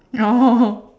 oh